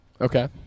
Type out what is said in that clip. Okay